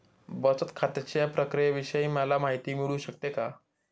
बचत खात्याच्या प्रक्रियेविषयी मला माहिती मिळू शकते का?